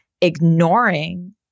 ignoring